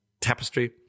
Tapestry